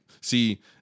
see